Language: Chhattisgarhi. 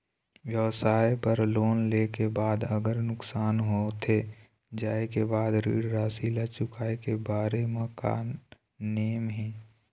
व्यवसाय बर लोन ले के बाद अगर नुकसान होथे जाय के बाद ऋण राशि ला चुकाए के बारे म का नेम हे?